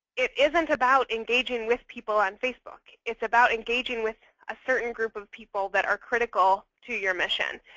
it isn't about engaging with people on facebook. it's about engaging with a certain group of people that are critical to your mission.